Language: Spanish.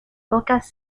pocas